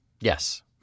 Yes